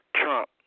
Trump